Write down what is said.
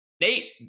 Nate